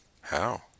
How